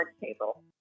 table